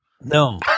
No